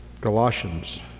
Galatians